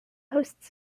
hosts